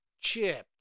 chipped